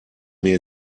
mir